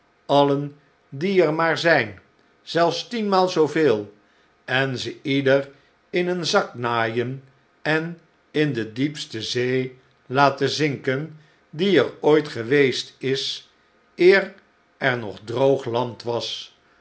alien die er maar zijn zelfs tienmaal zooveel en ze ieder in een za'k naaien en in dediepste zee laten zinken die er ooit geweest is eer er nog droog land was